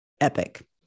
Epic